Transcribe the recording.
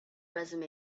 resume